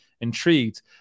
intrigued